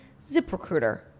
ZipRecruiter